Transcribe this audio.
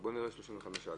35(א)